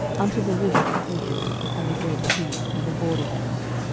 unto the river of egypt, and the great sea, and the border thereof